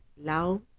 Lao